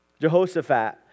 Jehoshaphat